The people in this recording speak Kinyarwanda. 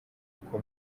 uko